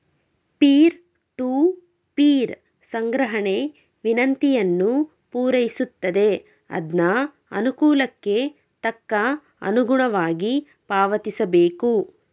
peer to peer ಸಂಗ್ರಹಣೆ ವಿನಂತಿಯನ್ನು ಪೂರೈಸುತ್ತದೆ ಅದ್ನ ಅನುಕೂಲಕ್ಕೆ ತಕ್ಕ ಅನುಗುಣವಾಗಿ ಪಾವತಿಸಬೇಕು